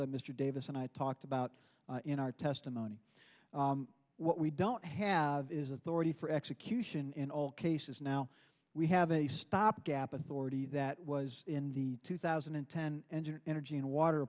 the mr davis and i talked about in our testimony what we don't have is authority for execution in all cases now we have a stopgap authority that was in the two thousand and ten and energy and water